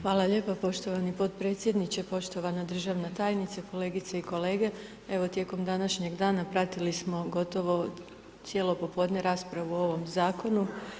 Hvala lijepo poštovani podpredsjedniče, poštovana državna tajnice, kolegice i kolege evo tijekom današnjeg dana pratili smo gotovo cijelo popodne raspravu o ovom zakonu.